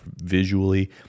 visually